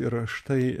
ir štai